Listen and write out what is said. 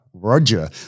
Roger